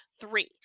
three